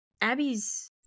abby's